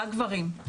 רק גברים.